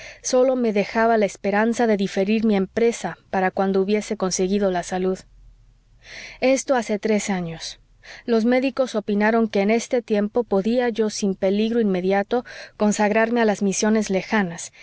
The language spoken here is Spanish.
sólo me dejaba la esperanza de diferir mi empresa para cuando hubiese conseguido la salud esto hace tres años los médicos opinaron que en este tiempo podía yo sin peligro inmediato consagrarme a las misiones lejanas